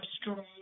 strong